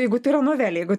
jeigu tai yra novelė jeigu